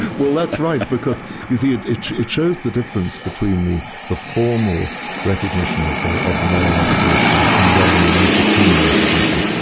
well that's right, because you see it it shows the difference between the the formal recognition of the of the moral obligation and then the immediate human recognition,